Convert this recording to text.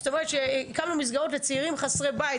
זאת אומרת, כמה מסגרות לצעירים חסרי בית.